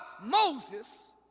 Moses